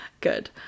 good